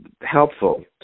helpful